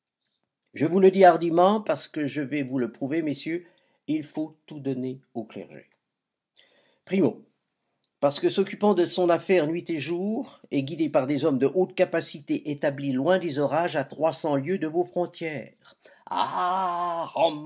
je vous le dis hardiment parce que je vais vous le prouver messieurs il faut tout donner au clergé o parce que s'occupant de son affaire nuit et jour et guidé par des hommes de haute capacité établis loin des orages à trois cents lieues de vos frontières